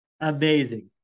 Amazing